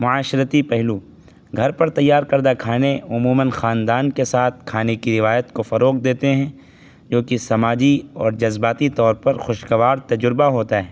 معاشرتی پہلو گھر پر تیار کردہ کھانے عموماً خاندان کے ساتھ کھانے کی روایت کو فروغ دیتے ہیں جو کہ سماجی اور جذباتی طور پر خوشگوار تجربہ ہوتا ہے